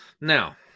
Now